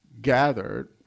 gathered